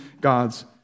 God's